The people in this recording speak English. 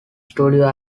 studio